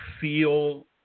feel